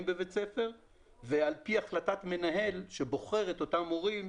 בבית ספר ועל פי החלטת מנהל שבוחר את אותם מורים,